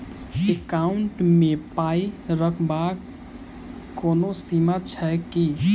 Account मे पाई रखबाक कोनो सीमा छैक की?